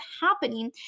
happening